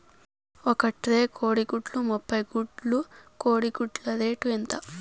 ఒక ట్రే కోడిగుడ్లు ముప్పై గుడ్లు కోడి గుడ్ల రేటు ఎంత?